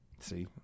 See